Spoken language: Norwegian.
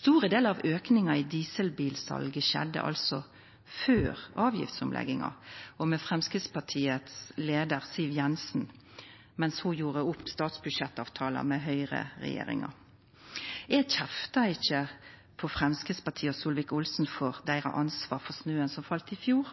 Store delar av auken i dieselbilsalet skjedde altså før avgiftomlegginga og med Framstegspartiets leiar, Siv Jensen, mens ho gjorde opp statsbudsjettavtala med Høgre-regjeringa. Eg kjeftar ikkje på Framstegspartiet og Solvik-Olsen for deira ansvar for snøen som fell i fjor,